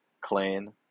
clan